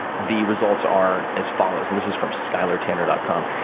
the results are as follows, and this is from skylartanner dot com.